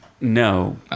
No